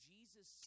Jesus